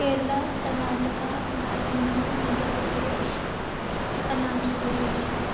Kerala Karnataka Bengaluru Madhya Pradesh Arunachal Pradesh